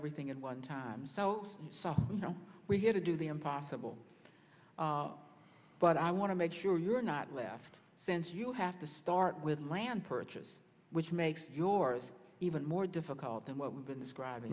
everything at one time so you know we had to do the impossible but i want to make sure you're not left since you have to start with plan purchase which makes yours even more difficult than what we've been describ